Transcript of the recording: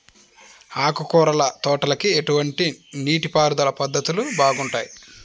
ఆకుకూరల తోటలకి ఎటువంటి నీటిపారుదల పద్ధతులు బాగుంటాయ్?